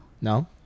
No